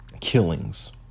Killings